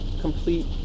complete